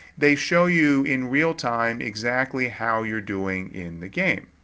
they show you in real time exactly how you're doing in the game.